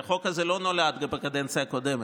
הרי החוק הזה לא נולד בקדנציה הקודמת,